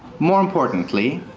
more importantly,